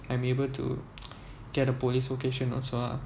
I'm able to get a police vocation also ah